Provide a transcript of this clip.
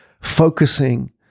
focusing